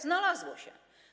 Znalazło się.